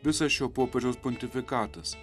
visas šio popiežiaus pontifikatas